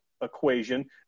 equation